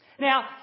Now